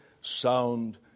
Sound